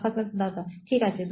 সাক্ষাৎকারদাতা ঠিক আছে